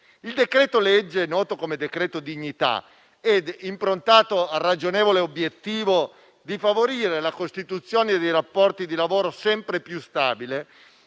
il decreto-legge n. 87, noto come decreto "dignità" ed improntato al ragionevole obiettivo di favorire la costituzione di rapporti di lavoro sempre più stabili,